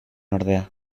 ordea